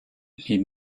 les